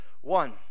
one